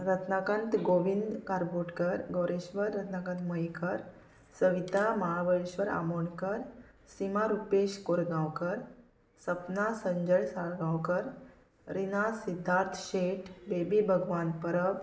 Ratnakant Govind Karbotkar Gaureshwar Ratnakant Mayekar Savita Mahabaleshwar Amonkar Sima Rupesh Korgaonkar Sapna Sanjay Salgaonkar Rina Siddharth Shet Baby Bhagwan Parab